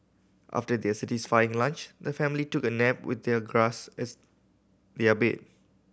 after their satisfying lunch the family took a nap with their grass as their bed